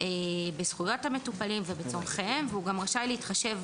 בזכויות המטופלים ובצרכיהם והוא גם רשאי להתחשב